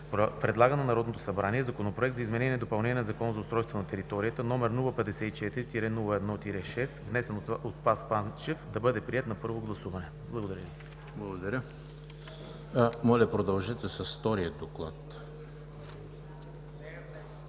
предлага на Народното събрание, Законопроект за изменение и допълнение на Закона за устройство на територията, № 054-01-6, внесен от Спас Панчев, да бъде приет на първо гласуване.“ Благодаря. ПРЕДСЕДАТЕЛ ЕМИЛ ХРИСТОВ: Благодаря. Моля, продължете с втория доклад.